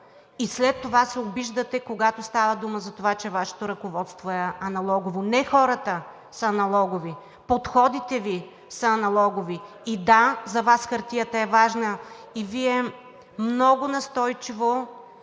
А след това се обиждате, когато става дума за това, че Вашето ръководство е аналогово. Не хората са аналогови, подходите Ви са аналогови. И да, за Вас хартията е важна и Вие много настойчиво